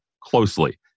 closely